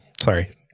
Sorry